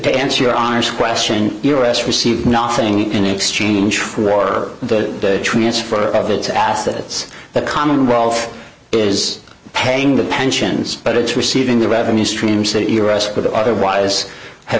they answer your honor's question your ass receive nothing in exchange for the transfer for of its assets the commonwealth is paying the pensions but it's receiving the revenue streams that iraq would otherwise have